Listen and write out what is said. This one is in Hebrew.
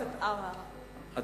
חבר הכנסת עמאר, בבקשה.